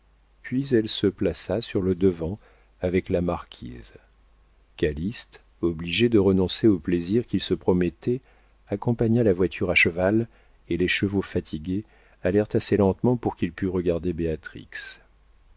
puis elle se plaça sur le devant avec la marquise calyste obligé de renoncer au plaisir qu'il se promettait accompagna la voiture à cheval et les chevaux fatigués allèrent assez lentement pour qu'il pût regarder